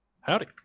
howdy